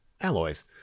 alloys